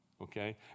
Okay